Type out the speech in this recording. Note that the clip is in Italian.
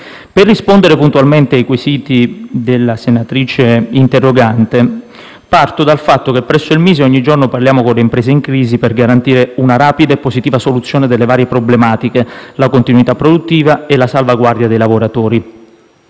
Per rispondere puntualmente ai quesiti della senatrice interrogante parto dal fatto che presso il MISE ogni giorno parliamo con le imprese in crisi per garantire una rapida e positiva soluzione delle varie problematiche, la continuità produttiva e la salvaguardia dei lavoratori.